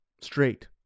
straight